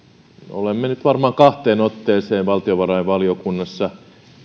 olemme nyt varmaan kahteen otteeseen valtiovarainvaliokunnassa